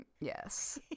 Yes